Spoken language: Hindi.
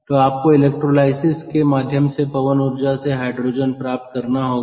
तो आपको इलेक्ट्रोलिसिस के माध्यम से पवन ऊर्जा से हाइड्रोजन प्राप्त करना होगा